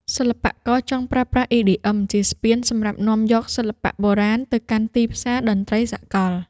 សិល្បករចង់ប្រើប្រាស់ EDM ជាស្ពានសម្រាប់នាំយកសិល្បៈបុរាណទៅកាន់ទីផ្សារតន្ត្រីសកល។